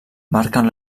marquen